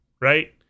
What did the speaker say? right